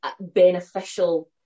beneficial